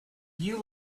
you